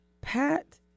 Pat